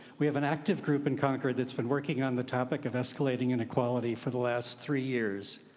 we have an active group in concord that's been working on the topic of escalating inequality for the last three years.